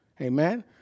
Amen